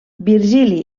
virgili